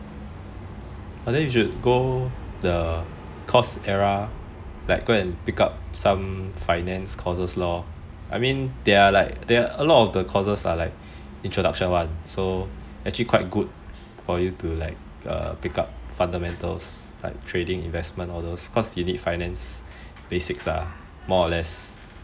!wah! then you should go the coursera go and pick up some finance courses lor I mean there are like a lot of the courses are like introduction [one] so actually quite good for you to like err pick up fundamentals like trading investment all those cause you need finance basics ah more or less